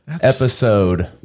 episode